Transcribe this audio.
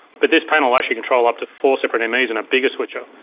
but this panel actually controls up to four separate m es in a bigger switcher.